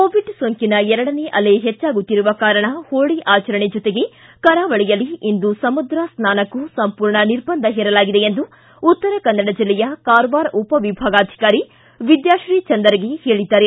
Covid ಸೋಂಕಿನ ಎರಡನೇ ಅಲೆ ಹೆಚ್ಚುತ್ತಿರುವ ಕಾರಣ ಹೋಳಿ ಆಚರಣೆ ಜೊತೆಗೆ ಕರಾವಳಿಯಲ್ಲಿ ಇಂದು ಸಮುದ್ರ ಸ್ನಾನಕ್ಕೂ ಸಂಪೂರ್ಣ ನಿಬಂಧ ಹೇರಲಾಗಿದೆ ಎಂದು ಉತ್ತರಕನ್ನಡ ಜಿಲ್ಲೆಯ ಕಾರವಾರ ಉಪ ವಿಭಾಗಾಧಿಕಾರಿ ವಿದ್ಯಾಶ್ರೀ ಚಂದರಗಿ ಹೇಳಿದ್ದಾರೆ